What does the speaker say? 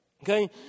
okay